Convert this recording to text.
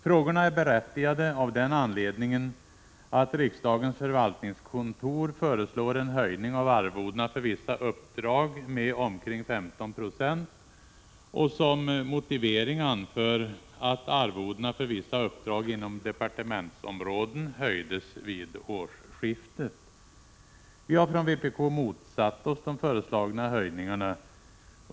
Frågorna är berättigade av den anledningen att riksdagens förvaltningskontor föreslår en höjning av arvodena för vissa uppdrag med omkring 15 9e och som motivering anför att arvodena för vissa uppdrag inom departementsområden höjdes vid årsskiftet. Vi har från vpk motsatt oss de föreslagna höjningarna.